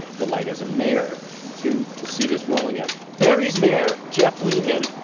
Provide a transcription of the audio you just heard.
delight as a mayor to to see this rolling out. barrie's mayor, jeff lehman,